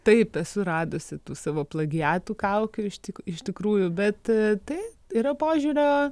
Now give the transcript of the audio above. taip esu radusi tų savo plagiatų kaukių ištik iš tikrųjų bet tai yra požiūrio